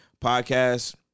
podcast